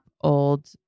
old